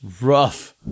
rough